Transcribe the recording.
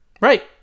Right